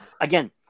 Again